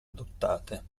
adottate